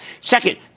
Second